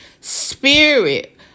spirit